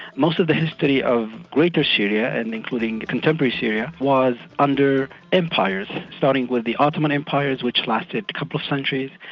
most of the history of greater syria and including contemporary syria was under empires, starting with the ottoman empires which lasted a couple of centuries,